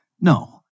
No